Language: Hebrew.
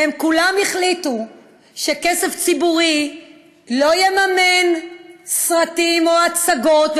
והם כולם החליטו שכסף ציבורי לא יממן סרטים או הצגות,